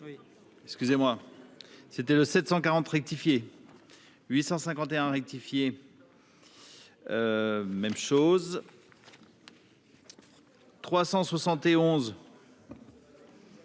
Excusez-moi, c'était le 740 rectifier 851 rectifié, même chose. 371. Retrait